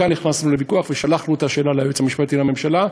כאן נכנסנו לוויכוח ושלחנו את השאלה ליועץ המשפטי לממשלה,